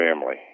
family